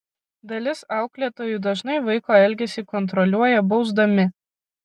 dalis auklėtojų dažnai vaiko elgesį kontroliuoja bausdami